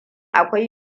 akwai